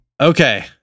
Okay